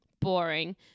boring